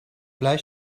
blijf